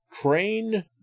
Crane